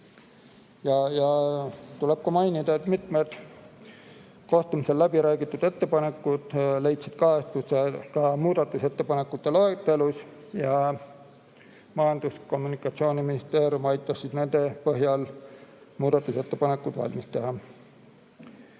Tuleb mainida, et mitmel kohtumisel läbi räägitud ettepanekud leidsid kajastust ka muudatusettepanekute loetelus. Majandus- ja Kommunikatsiooniministeerium aitas nende põhjal muudatusettepanekud valmis teha.